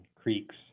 creeks